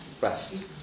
rest